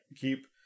keep